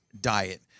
diet